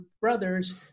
brothers